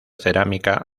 cerámica